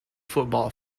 football